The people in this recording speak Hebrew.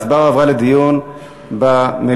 ההצעה הועברה לדיון במליאה.